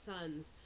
sons